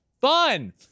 fun